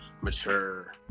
mature